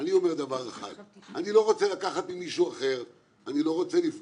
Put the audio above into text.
אני אומר דבר אחד איני רוצה לקחת